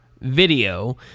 video